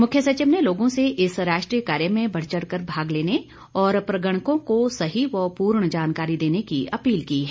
मुख्य सचिव ने लोगों से इस राष्ट्रीय कार्य में बढ़ चढ़ कर भाग लेने और प्रगणकों को सही व पूर्ण जानकारी देने की अपील की है